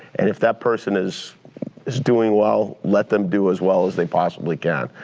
and if that person is is doing well let them do as well as they possibly can.